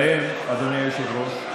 אדוני היושב-ראש,